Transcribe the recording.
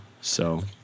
so-